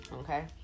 Okay